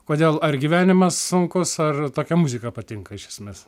kodėl ar gyvenimas sunkus ar tokia muzika patinka iš esmės